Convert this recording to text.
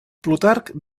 plutarc